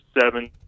seven